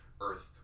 earth